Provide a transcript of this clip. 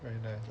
very nice